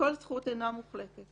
כל זכות אינה מוחלטת